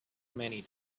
many